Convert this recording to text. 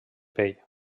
pell